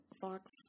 Fox